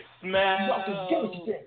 smell